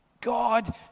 God